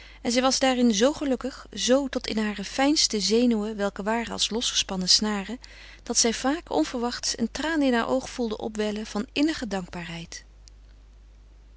en zij was daarin z gelukkig z tot in hare fijnste zenuwen welke waren als losgespannen snaren dat zij vaak onverwachts een traan in haar oog voelde opwellen van innige dankbaarheid